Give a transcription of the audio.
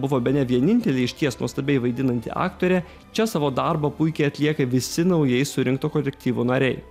buvo bene vienintelė išties nuostabiai vaidinanti aktorė čia savo darbą puikiai atlieka visi naujai surinkto kolektyvo nariai